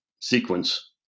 sequence